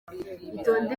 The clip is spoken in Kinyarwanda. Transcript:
itonde